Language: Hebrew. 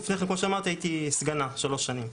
לפני כן, כמו שאמרתי, הייתי סגנה שלוש שנים.